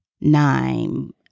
nine